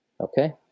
Okay